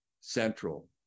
Central